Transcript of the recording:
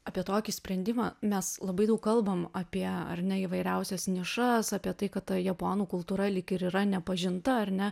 apie tokį sprendimą mes labai daug kalbam apie ar ne įvairiausias nišas apie tai kad ta japonų kultūra lyg ir yra nepažinta ar ne